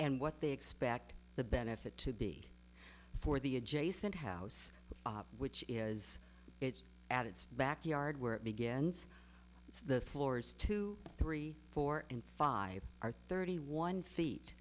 and what they expect the benefit to be for the adjacent house which is it's at its backyard where it begins it's the floors two three four and five are thirty one feet